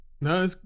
No